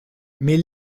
mais